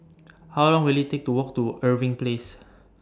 How Long Will IT Take to Walk to Irving Place